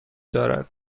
دارد